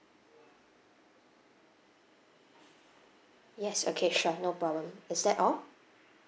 yes okay sure no problem is that all